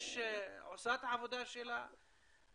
עושה את העבודה שלה?